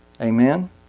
Amen